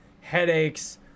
headaches